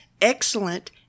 excellent